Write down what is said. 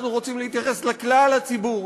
אנחנו רוצים להתייחס לכלל הציבור,